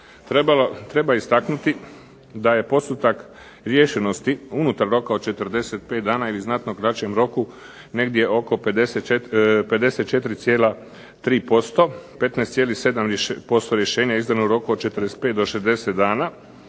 Treba istaknuti da je postotak riješenosti unutar roka od 45 dana ili znatno kraćem roku negdje oko 54,3%, 15,7% rješenja izdano je u roku od 45 do 60 dana,